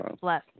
Bless